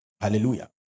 Hallelujah